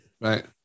Right